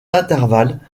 intervalle